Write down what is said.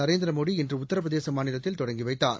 நரேந்திர மோடி இன்று உத்தரபிரதேச மாநிலத்தில் தொடங்கி வைத்தார்